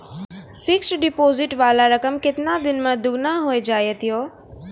Fixed deposit वाला रकम केतना दिन मे दुगूना हो जाएत यो?